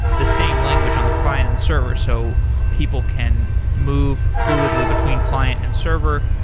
the same language on the client and the server so people can move fluidly between client and server.